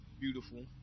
beautiful